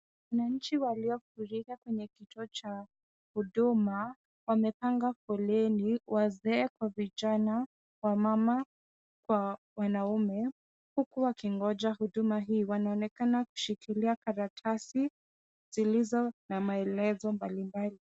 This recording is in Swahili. Wananchi waliofurika kwenye kituo chenye huduma, wamepanga foleni wazee kwa vijana, wamama kwa wanaume, huku wakingoja huduma hii. Wanaonekana wakishikilia karatasi zilizo na maelezo mbalimbali.